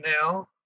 now